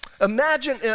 Imagine